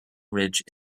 ridge